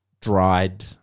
dried